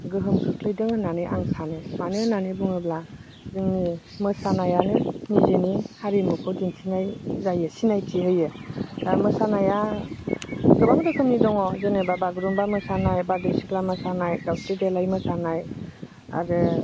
गोहोम खोख्लैदों होननानै आं सानो मानो होननानै बुङोब्ला जोंनि मोसानायानो निजिनि हारिमुखौ दिन्थिनाय जायो सिनायथि होयो दा मोसानाया गोबां रोखोमनि दङ जेनेबा बागुरुमबा मोसानाय बारदै सिख्ला मोसानाय दावस्रि देलाय मोसानाय आरो